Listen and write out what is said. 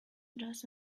just